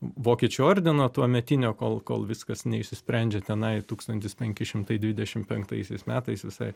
vokiečių ordino tuometinio kol kol viskas neišsisprendžia tenai tūkstantis penki šimtai dvidešimt penktaisiais metais visai